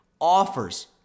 offers